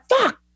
fuck